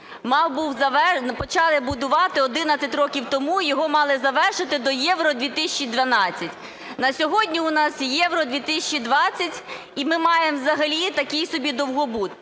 почали будувати 11 років тому, його мали завершити до Євро-2012. На сьогодні у нас Євро-2020 і ми маємо взагалі такий собі довгобуд.